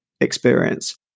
experience